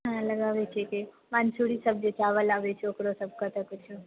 हँ लगाबै छियै कि मन्सूरी सब जे चाबल अबै छै ओकरो सबके तऽ किछौ